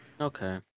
Okay